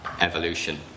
evolution